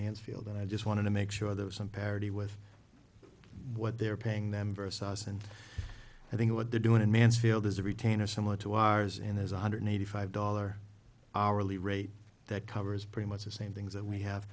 mansfield and i just wanted to make sure there was some parity with what they're paying them versus us and i think what they're doing in mansfield is a retainer similar to ours and there's one hundred eighty five dollars hourly rate that covers pretty much the same things that we have